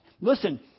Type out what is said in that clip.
Listen